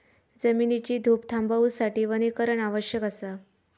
जमिनीची धूप थांबवूसाठी वनीकरण आवश्यक असा